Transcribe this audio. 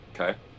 Okay